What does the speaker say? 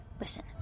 listen